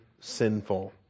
sinful